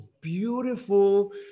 beautiful